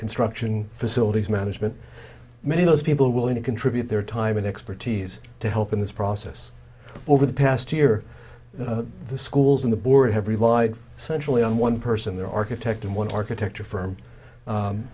construction facilities management many of those people willing to contribute their time and expertise to help in this process over the past year the schools in the board have relied centrally on one person their architect and one architecture firm